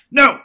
no